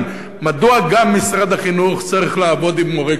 מדוע גם משרד החינוך צריך לעבוד עם מורה קבלן,